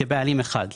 כבעלים אחד,